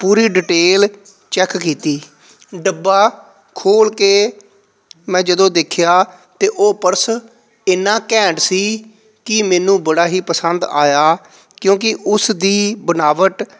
ਪੂਰੀ detail check ਕੀਤੀ ਡੱਬਾ ਖੋਲ੍ਹ ਕੇ ਮੈਂ ਜਦੋਂ ਦੇਖਿਆ ਤਾਂ ਉਹ ਪਰਸ ਇੰਨਾ ਘੈਂਟ ਸੀ ਕਿ ਮੈਨੂੰ ਬੜਾ ਹੀ ਪਸੰਦ ਆਇਆ ਕਿਉਂਕਿ ਉਸ ਦੀ ਬਣਾਵਟ